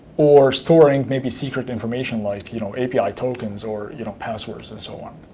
or storing maybe secret information, like you know api tokens, or you know passwords, and so on.